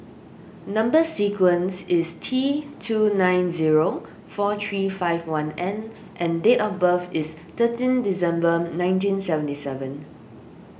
Number Sequence is T two nine zero four three five one N and date of birth is thirteen December nineteen seventy seven